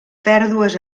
pèrdues